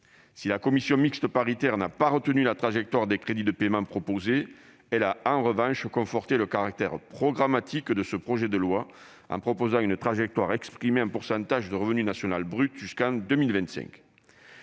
Si la commission mixte paritaire n'a pas retenu cette trajectoire des crédits de paiement, elle a en revanche conforté le caractère programmatique de ce projet de loi, en proposant une trajectoire exprimée en pourcentage du RNB jusqu'en 2025.